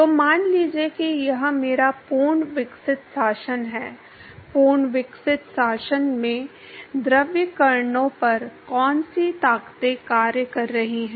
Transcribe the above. तो मान लीजिए कि यह मेरा पूर्ण विकसित शासन है पूर्ण विकसित शासन में द्रव कणों पर कौन सी ताकतें कार्य कर रही हैं